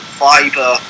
fiber